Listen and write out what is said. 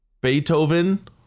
Beethoven